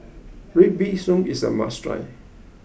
Red Bean Soup is a must try